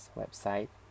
website